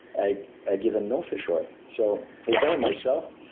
i ah give them no fish oil. so for example, myself,